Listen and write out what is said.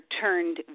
turned